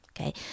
Okay